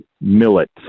millet